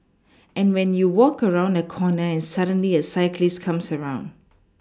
and when you walk around a corner and suddenly a cyclist comes around